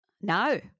No